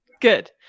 Good